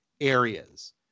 areas